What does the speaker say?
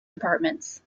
departments